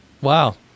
Wow